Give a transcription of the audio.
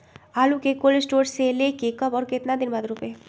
आलु को cold store से ले के कब और कितना दिन बाद रोपे?